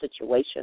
situation